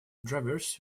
drivers